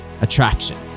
attraction